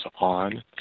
on